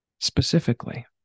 specifically